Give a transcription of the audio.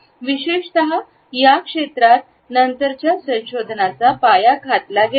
विशेषत या क्षेत्रात नंतरच्या संशोधनाचा पाया घातला गेला